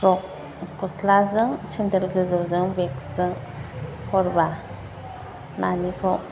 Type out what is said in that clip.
frock गस्लाजों sandal गोजौजों बेगजों हरबा नानिखौ